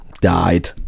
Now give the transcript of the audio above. died